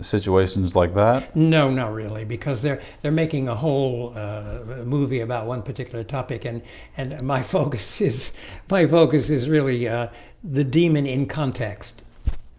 situations like that. no, not really because they're they're making a whole movie about one particular topic and and my focus is my focus is really yeah the demon in context